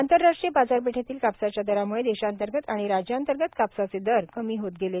आंतरराष्ट्रीय बाजारपेठेतील कापसाच्या दरामुळे देशाअंतर्गत आणि राज्यांतर्गत कापसाचे दर कमी होत गेले